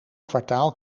kwartaal